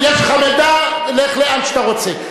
יש לך מידע, לך לאן שאתה רוצה.